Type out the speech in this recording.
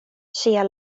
ŝia